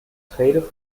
treten